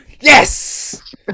Yes